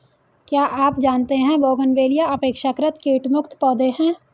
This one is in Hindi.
क्या आप जानते है बोगनवेलिया अपेक्षाकृत कीट मुक्त पौधे हैं?